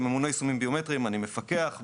כממונה יישומים ביומטריים אני מפקח,